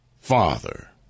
Father